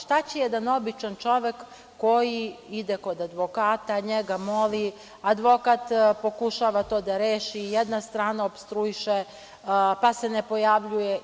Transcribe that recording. Šta će jedan običan čovek koji ide kod advokata, njega moli, advokat pokušava to da reši, jedna strana opstruiše, pa se ne pojavljuje.